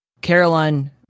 Caroline